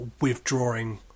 withdrawing